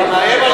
אתה מאיים עלי.